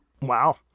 Wow